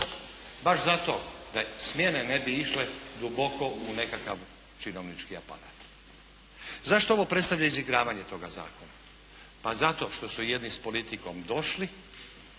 Baš zato da smjene ne bi išle duboko u nekakav činovnički aparat. Zašto ovo predstavlja izigravanje toga zakona? Pa zato što su jedni s politikom došli,